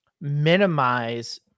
minimize